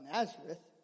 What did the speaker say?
Nazareth